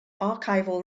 archival